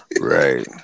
Right